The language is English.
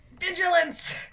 vigilance